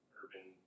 urban